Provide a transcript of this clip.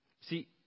See